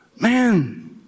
Man